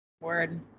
Word